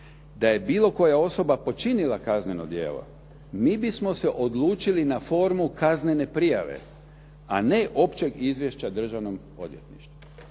da je bilo koja osoba počinila kazneno djelo mi bismo se odlučili na formu kaznene prijave a ne općeg izvješća Državnom odvjetništvu.".